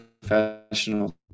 professional